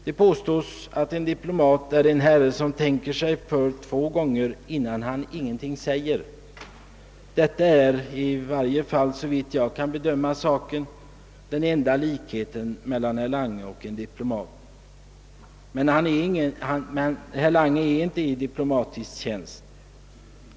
Det påstås att en diplomat är en herre som tänker sig för två gånger innan han ingenting säger. Detta är, i varje fall såvitt jag kan bedöma saken, den enda likheten mellan herr Lange och en diplomat. Men herr Lange är inte i diplomatisk tjänst.